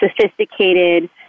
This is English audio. sophisticated